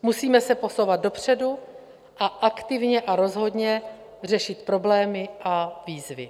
Musíme se posouvat dopředu a aktivně a rozhodně řešit problémy a výzvy.